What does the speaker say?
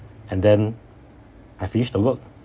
and then I finish the work